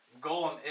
Golem